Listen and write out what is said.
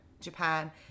Japan